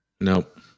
Nope